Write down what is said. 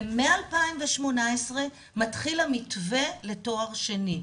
ומ-2018 מתחיל המתווה לתואר שני.